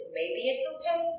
maybe-it's-okay